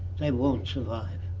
they won't survive.